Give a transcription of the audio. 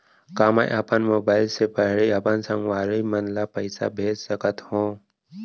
का मैं अपन मोबाइल से पड़ही अपन संगवारी मन ल पइसा भेज सकत हो?